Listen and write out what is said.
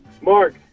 Mark